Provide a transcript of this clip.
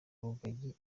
rugagi